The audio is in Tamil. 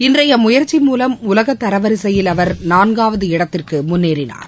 இன்றைய முயற்சி மூலம் உலக தரவரிசையில் அவர் நாள்ளவது இடத்திற்கு முன்னேறினார்